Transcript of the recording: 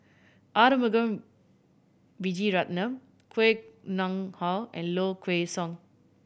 Arumugam Vijiaratnam Koh Nguang How and Low Kway Song